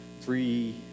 three